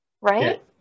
right